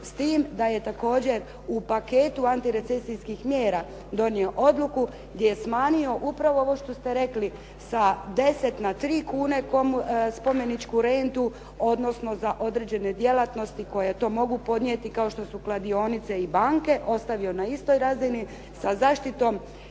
S tim da je također u paketu antirecesijskih mjera donio odluku gdje je smanjio upravo ovo što ste rekli sa 10 na 3 kune spomeničku rentu, odnosno za određene djelatnosti koje to mogu podnijeti kao što su kladionice i banke ostavio na istoj razini sa zaštitom